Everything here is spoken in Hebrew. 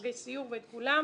וחוגי סיור ואת כולם.